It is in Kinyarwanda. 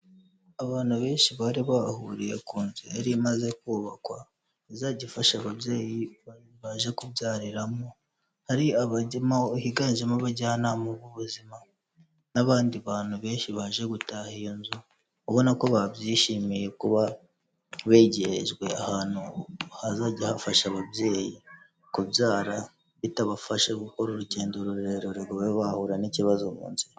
Abantu benshi bari bahuriye ku nzu yari imaze kubakwa, izajya ifasha ababyeyi baje kubyariramo, hari abajyamo higanjemo abajyanama b'ubuzima n'abandi bantu benshi baje gutaha iyo nzu, ubona ko babyishimiye kuba begerejwe ahantu hazajya hafasha ababyeyi kubyara, bitabafashe gukora urugendo rurerure ngo babe bahura n'ikibazo mu nzira.